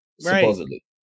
Supposedly